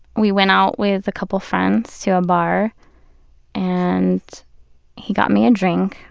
we went out with a couple of friends to a bar and he got me a drink